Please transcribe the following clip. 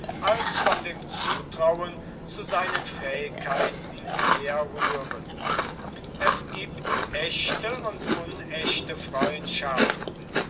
als von dem zutrauen zu seinen fähigkeiten herrühren es giebt ächte und unächte freundschaften